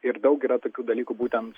ir daug yra tokių dalykų būtent